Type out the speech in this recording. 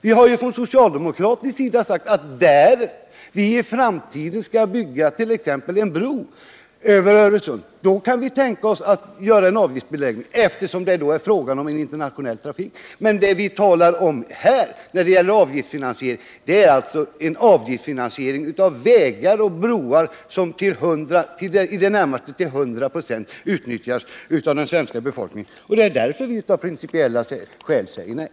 Vi har på socialdemokratisk sida sagt att när vi i framtiden skall bygga t.ex. en bro — kanske över Öresund — kan vi tänka oss att göra den avgiftsbelagd, eftersom det då blir fråga om internationell trafik. Men det vi talar om här är alltså avgiftsfinansiering av vägar och broar som till i det närmaste 100 96 utnyttjas av den svenska befolkningen. Det är därför som vi av principiella skäl säger nej.